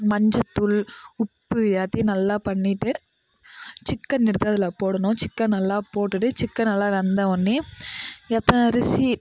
மஞ்சள்தூள் உப்பு எல்லாத்தையும் நல்லா பண்ணிகிட்டு சிக்கன் எடுத்து அதில் போடணும் சிக்கன் நல்லா போட்டுட்டு சிக்கன் நல்லா வெந்த உட்னே எத்தனை அரிசி